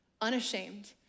unashamed